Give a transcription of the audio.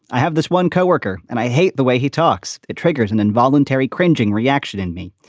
i have this one co-worker and i hate the way he talks. it triggers an involuntary cringing reaction in me.